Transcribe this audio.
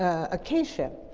acacia.